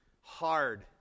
Hard